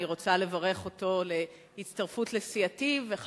אני רוצה לברך אותו על ההצטרפות לסיעתי ועל